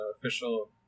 official